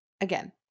again